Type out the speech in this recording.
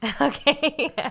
Okay